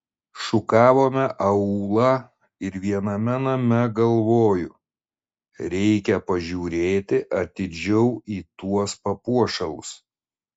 šukavome aūlą ir viename name galvoju reikia pažiūrėti atidžiau į tuos papuošalus